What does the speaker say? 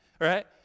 right